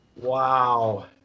Wow